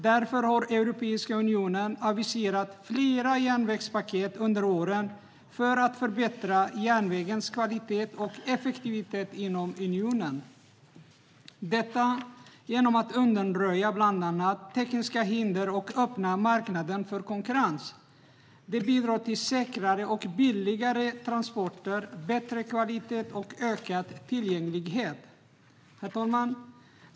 Därför har Europeiska unionen aviserat flera järnvägspaket under åren för att förbättra järnvägens kvalitet och effektivitet inom unionen - detta genom att undanröja bland annat tekniska hinder och öppna marknaden för konkurrens. Det bidrar till säkrare och billigare transporter, bättre kvalitet och ökad tillgänglighet. Herr talman!